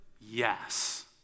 yes